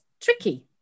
tricky